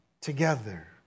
together